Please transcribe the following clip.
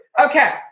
Okay